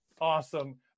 Awesome